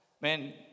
Man